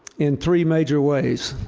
in three major ways.